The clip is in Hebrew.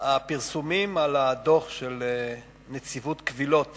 הפרסומים על הדוח של נציבות הקבילות